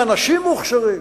עם אנשים מוכשרים,